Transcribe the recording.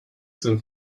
sind